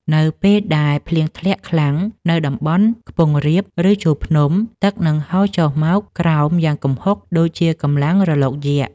នៅពេលដែលភ្លៀងធ្លាក់ខ្លាំងនៅតំបន់ខ្ពង់រាប ឬជួរភ្នំ ទឹកនឹងហូរចុះមកក្រោមយ៉ាងគំហុកដូចជាកម្លាំងរលកយក្ស។